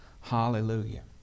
Hallelujah